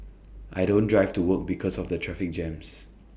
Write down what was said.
I don't drive to work because of the traffic jams